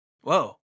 Whoa